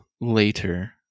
later